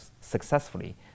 successfully